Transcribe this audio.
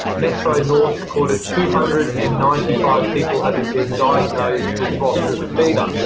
metro north recorded two hundred and ninety five people having been diagnosed with ross river fever.